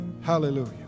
Hallelujah